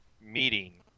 meeting